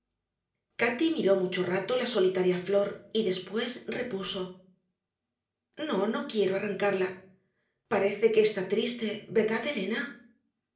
cati miró mucho rato la solitaria flor y después repuso no no quiero arrancarla parece que está triste verdad elena